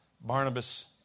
Barnabas